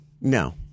No